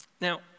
Now